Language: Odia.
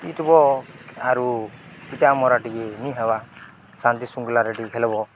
ପଇଟବ ଆରୁ ଏଇଟା ମର ଟିକେ ନି ହେବା ଶାନ୍ତି ଶୃଙ୍ଖଳାରେଟି ଖେଲବ